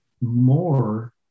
more